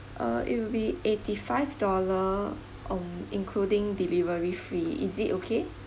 uh it will be eighty five dollar um including delivery fee is it okay